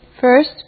First